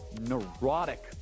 neurotic